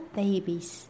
babies